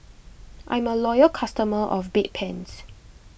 I'm a loyal customer of Bedpans